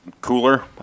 cooler